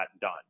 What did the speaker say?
Done